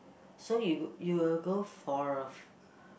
so you you will go for a f~